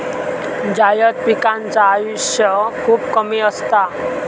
जायद पिकांचा आयुष्य खूप कमी असता